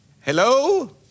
Hello